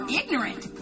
ignorant